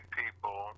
people